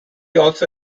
also